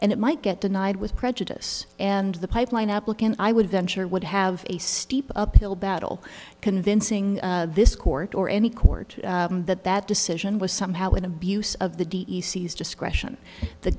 and it might get denied with prejudice and the pipeline applicant i would venture would have a steep uphill battle convincing this court or any court that that decision was somehow an abuse of the d e c s discretion the